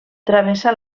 travessa